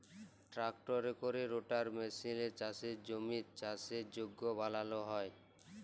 ট্রাক্টরে ক্যরে রোটাটার মেসিলে চাষের জমির চাষের যগ্য বালাল হ্যয়